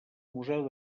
museu